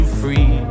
free